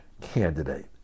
candidate